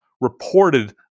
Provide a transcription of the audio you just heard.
reported